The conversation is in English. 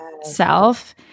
self